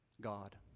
God